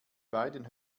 beiden